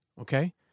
Okay